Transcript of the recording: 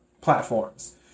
platforms